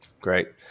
Great